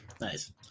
nice